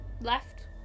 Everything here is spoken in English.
left